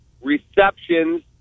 receptions